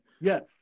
Yes